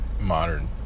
modern